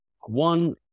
one